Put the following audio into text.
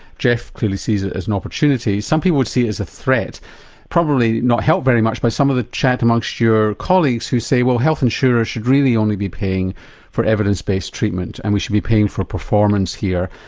geoff clearly sees it as an opportunity, some people would see it as a threat probably not helped very much by some of the chat amongst your colleagues who say well health insurers should really only be paying for evidence based treatment and we should be paying for performance here,